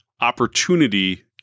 opportunity